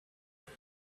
have